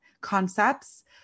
concepts